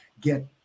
get